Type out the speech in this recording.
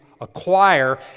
acquire